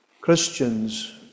Christians